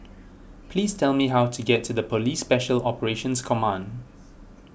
please tell me how to get to the Police Special Operations Command